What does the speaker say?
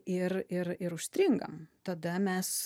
ir ir ir užstringam tada mes